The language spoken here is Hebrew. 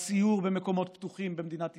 בסיור במקומות פתוחים במדינת ישראל,